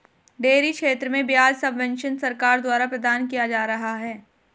dairy क्षेत्र में ब्याज सब्वेंशन सरकार द्वारा प्रदान किया जा रहा है